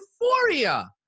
euphoria